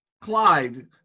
Clyde